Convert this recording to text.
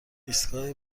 ایستگاه